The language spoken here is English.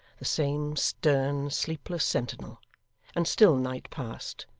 the same stern, sleepless, sentinel and still night passed,